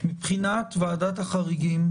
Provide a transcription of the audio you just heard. מבחינת ועדת החריגים,